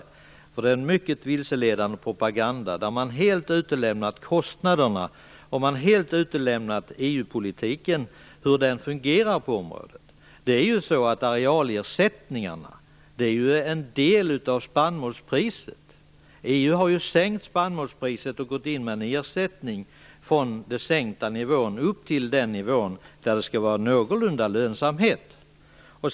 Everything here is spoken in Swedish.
Aftonbladet bedriver en vilseledande propaganda, där man helt har utelämnat kostnaderna och hur EU-politiken fungerar på det området. Arealersättningarna är ju del av spannmålspriset. EU har sänkt spannmålspriset och gått in med en ersättning från den sänkta nivån upp till den nivå där det skall vara någorlunda lönsamt att odla spannmål.